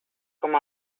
com